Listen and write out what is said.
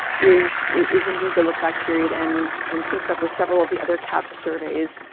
is is indeed the look back period and and syncs up with several of the other cahps surveys.